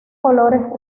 colores